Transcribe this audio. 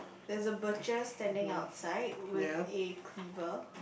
there's a butcher standing outside with a cleaver